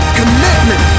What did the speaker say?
commitment